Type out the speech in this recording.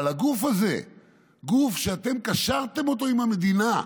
אבל הגוף הזה הוא גוף שאתם קשרתם אותו עם המדינה,